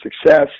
success